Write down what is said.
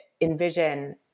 envision